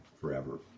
forever